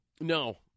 No